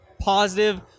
positive